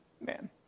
man